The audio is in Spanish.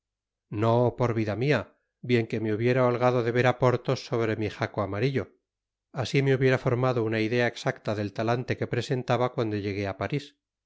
no por vida mia bien que me hubiera holgado de ver á porthos sobre mi jaco amarillo asi me hubiera formado una idea exacta del talante que presentaba cuando llegué á paris